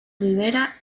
rivera